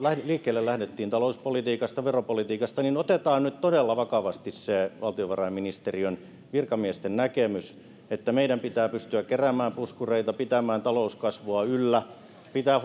liikkeelle lähdettiin talouspolitiikasta veropolitiikasta niin otetaan nyt todella vakavasti se valtiovarainministeriön virkamiesten näkemys että meidän pitää pystyä keräämään puskureita pitämään talouskasvua yllä pitää